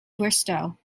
bristow